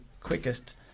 quickest